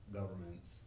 governments